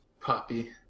Poppy